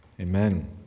Amen